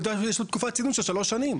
יודע שיש לו תקופת צינון של שלוש שנים.